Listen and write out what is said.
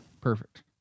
Perfect